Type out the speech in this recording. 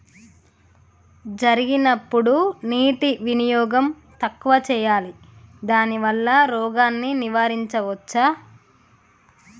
జరిగినప్పుడు నీటి వినియోగం తక్కువ చేయాలి దానివల్ల రోగాన్ని నివారించవచ్చా?